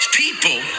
people